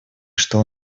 что